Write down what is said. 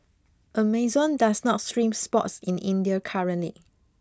Amazon does not stream sports in India currently